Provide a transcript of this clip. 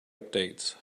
updates